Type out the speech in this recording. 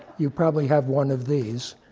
you probably have one of these